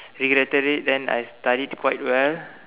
regretted it then I studied quite well